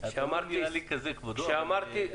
- כהגדרתו